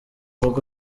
rugo